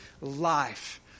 life